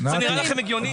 זה נראה לכם הגיוני?